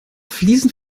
fliesen